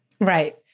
Right